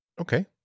Okay